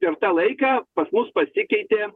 per tą laiką pas mus pasikeitė